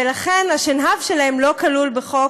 ולכן השנהב שלהן לא כלול בחוק